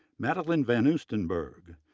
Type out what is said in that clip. madelyn vanoosternburg,